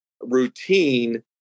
routine